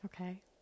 Okay